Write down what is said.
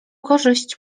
korzyść